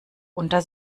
unter